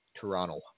Toronto